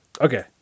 Okay